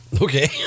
Okay